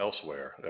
elsewhere